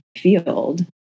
field